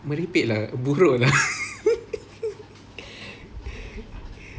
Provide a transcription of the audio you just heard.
merepek lah buruk